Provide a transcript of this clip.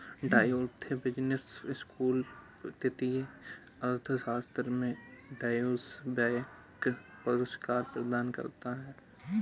Goethe business school वित्तीय अर्थशास्त्र में ड्यूश बैंक पुरस्कार प्रदान करता है